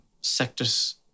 sectors